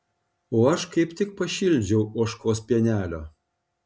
o aš kaip tik pašildžiau ožkos pienelio